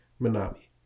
Minami